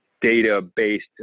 data-based